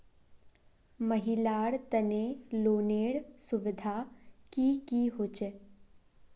महिलार तने लोनेर सुविधा की की होचे?